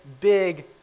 big